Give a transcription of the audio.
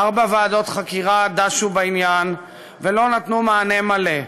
ארבע ועדות חקירה דשו בעניין ולא נתנו מענה מלא,